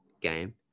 game